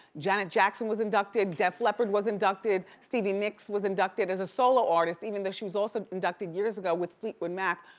janet jackson was inducted, def leppard was inducted, stevie nicks was inducted as a solo artist even though she was also inducted years ago with fleetwood mac,